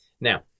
Now